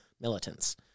militants